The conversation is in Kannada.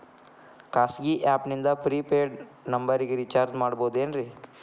ಖಾಸಗಿ ಆ್ಯಪ್ ನಿಂದ ಫ್ರೇ ಪೇಯ್ಡ್ ನಂಬರಿಗ ರೇಚಾರ್ಜ್ ಮಾಡಬಹುದೇನ್ರಿ?